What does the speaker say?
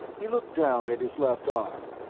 he looked down at his left arm.